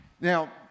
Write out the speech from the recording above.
Now